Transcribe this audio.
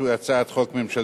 שהיא הצעת חוק ממשלתית.